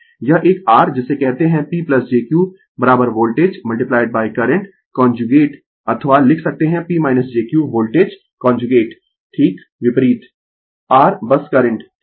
यह एक r जिसे कहते है P jQ voltage current conjugate अथवा लिख सकते है P jQ वोल्टेज कांजुगेट ठीक विपरीत r बस करंट ठीक है